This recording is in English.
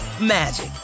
magic